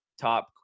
Top